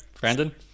Brandon